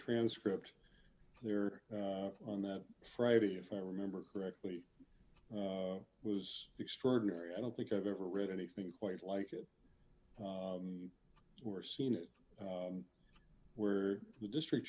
transcript there on that friday if i remember correctly was extraordinary i don't think i've ever read anything quite like it or seen it where the district